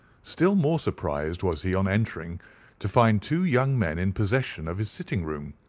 still more surprised was he on entering to find two young men in possession of his sitting-room.